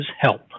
help